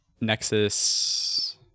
Nexus